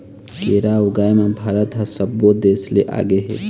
केरा ऊगाए म भारत ह सब्बो देस ले आगे हे